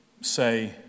say